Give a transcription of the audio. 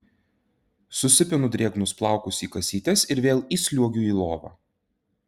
susipinu drėgnus plaukus į kasytes ir vėl įsliuogiu į lovą